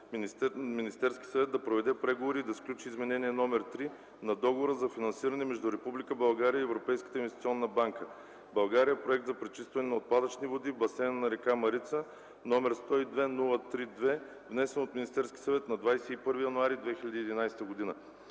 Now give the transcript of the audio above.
Министерският съвет да проведе преговори и да сключи Изменение №3 на Договора за финансиране между Република България и Европейската инвестиционна банка (България – проект за пречистване на отпадъчните води в басейна на река Марица), № 102-03-2, внесен от Министерския съвет на 21 януари 2011 г.